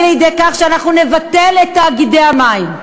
לידי כך שאנחנו נבטל את תאגידי המים.